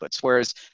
Whereas